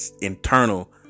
internal